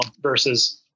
versus